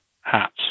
hats